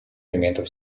элементом